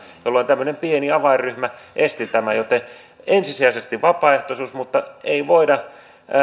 jolloin tämmöinen pieni avainryhmä esti tämän joten ensisijaisesti vapaaehtoisuus mutta ei voida päästää